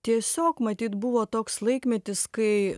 tiesiog matyt buvo toks laikmetis kai